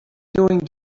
doing